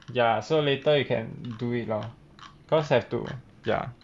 ya so later you can do it lor because have to ya